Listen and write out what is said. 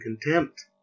contempt